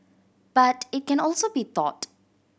but it can also be taught